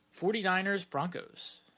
49ers-Broncos